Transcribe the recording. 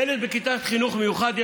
ילד בכיתת חינוך מיוחד,